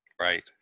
Right